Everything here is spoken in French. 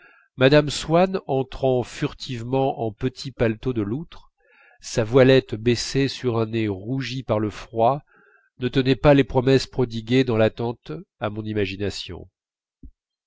mme swann entrant furtivement en petit paletot de loutre sa voilette baissée sur un nez rougi par le froid ne tenait pas les promesses prodiguées dans l'attente à mon imagination